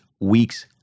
weeks